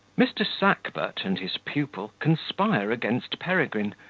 mr. sackbut and his pupil conspire against peregrine,